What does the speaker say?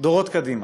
דורות קדימה.